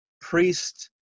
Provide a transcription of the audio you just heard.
priest